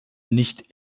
nicht